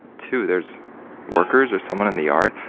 two, there's workers or someone in the yard?